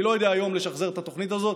אני לא יודע היום לשחזר את התוכנית הזאת,